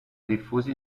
diffusi